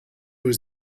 was